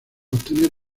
obtener